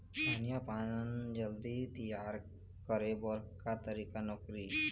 धनिया पान जल्दी तियार करे बर का तरीका नोकरी?